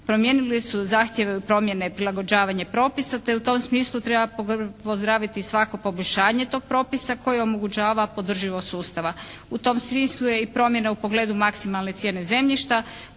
promijenili su zahtjev promjene prilagođavanje propisa te u tom smislu treba pozdraviti svako poboljšanje tog propisa koji omogućava podživost sustava. U tom smislu je i promjena u pogledu maksimalne cijene zemljišta